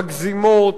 מגזימות,